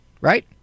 Right